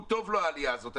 טובה לו העלייה הזאת.